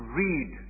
read